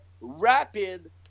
rapid